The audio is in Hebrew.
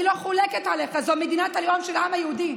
אני לא חולקת עליך, זו מדינת הלאום של העם היהודי,